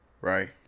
right